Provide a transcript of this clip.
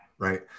Right